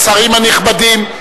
השרים הנכבדים,